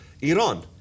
Iran